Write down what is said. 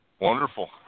Wonderful